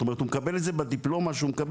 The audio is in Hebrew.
זאת אומרת הוא מקבל את זה בדיפלומה שהוא מקבל,